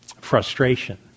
frustration